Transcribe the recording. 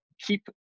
keep